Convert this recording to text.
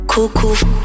Cuckoo